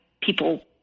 people